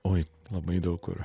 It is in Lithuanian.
oi labai daug kur